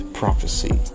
prophecy